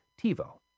TiVo